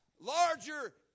larger